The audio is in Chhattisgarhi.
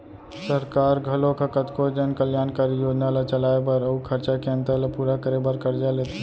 सरकार घलोक ह कतको जन कल्यानकारी योजना ल चलाए बर अउ खरचा के अंतर ल पूरा करे बर करजा लेथे